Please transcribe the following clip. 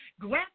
grant